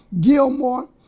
Gilmore